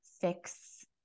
fix